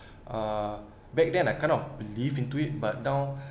uh back then I kind of believe into it but now